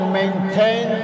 maintain